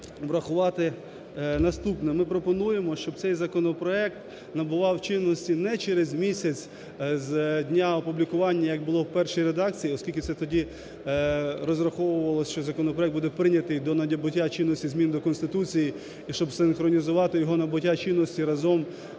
Ми пропонуємо, щоб цей законопроект набував чинності не через місяць з дня опублікування, як було в першій редакції, оскільки це тоді розраховувалось, що законопроект буде прийнятий до набуття чинності змін до Конституції, і щоб синхронізувати його набуття чинності разом